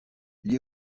lié